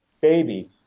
baby